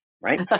right